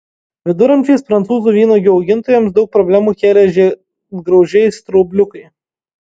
viduramžiais prancūzų vynuogių augintojams daug problemų kėlė žiedgraužiai straubliukai